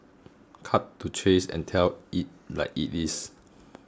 cuts to chase and tells it like it is